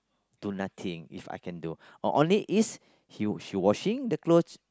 do nothing If I can do only is is she washing the clothes